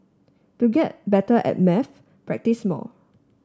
to get better at maths practise more